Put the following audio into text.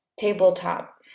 Tabletop